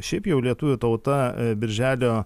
šiaip jau lietuvių tauta birželio